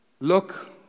Look